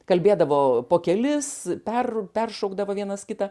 kalbėdavo po kelis per peršokdavo vienas kitą